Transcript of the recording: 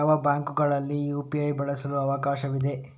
ಯಾವ ಬ್ಯಾಂಕುಗಳಲ್ಲಿ ಯು.ಪಿ.ಐ ಬಳಸಲು ಅವಕಾಶವಿದೆ?